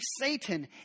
Satan